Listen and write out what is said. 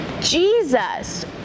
Jesus